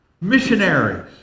missionaries